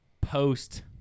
post